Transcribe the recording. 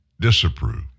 disapprove